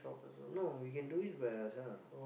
no we can do it by ourselves